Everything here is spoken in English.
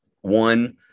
One